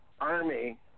Army